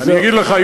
אגיד לך,